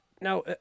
Now